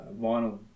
vinyl